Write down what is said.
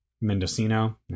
Mendocino